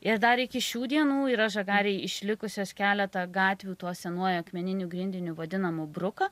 ir dar iki šių dienų yra žagarėj išlikusios keletą gatvių tuo senuoju akmeniniu grindiniu vadinamu bruka